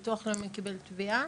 ביטוח לאומי קיבל תביעה,